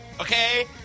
okay